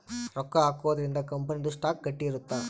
ರೊಕ್ಕ ಹಾಕೊದ್ರೀಂದ ಕಂಪನಿ ದು ಸ್ಟಾಕ್ ಗಟ್ಟಿ ಇರುತ್ತ